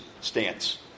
stance